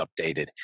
updated